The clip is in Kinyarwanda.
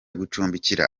gucumbikira